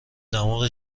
دماغ